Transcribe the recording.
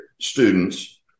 students